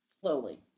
slowly